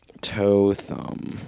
Toe-thumb